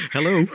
Hello